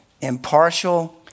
Impartial